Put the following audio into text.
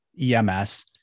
EMS